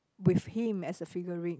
with him as a figurine